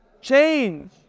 change